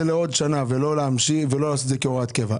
לעוד שנה ולא לעשות את זה כהוראת קבע.